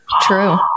True